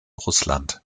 russland